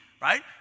right